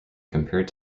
compared